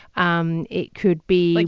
um it could be. like